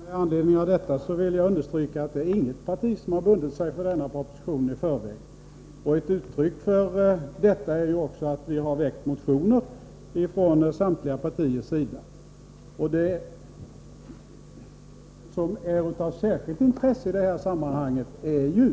Herr talman! Med anledning av detta vill jag understryka att inte något parti har bundit sig för denna proposition i förväg. Ett uttryck för detta är att det har väckts motioner från samtliga partiers sida. Det som är av särskilt intresse i detta sammanhang är ju,